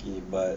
okay but